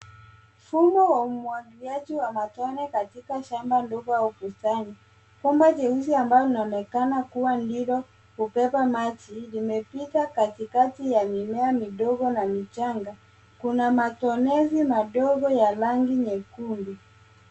Mfumo wa umwagiliaji wa matone katika shamba ndogo au bustani. Bomba jeusi ambayo inaonekana kua lililokubeba maji, limepita kati kati ya mimea midogo na michanga. Kuna matonezi madogo ya rangi nyekundu.